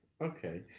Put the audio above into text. Okay